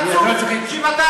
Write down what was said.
אז אתה חצוף שבעתיים.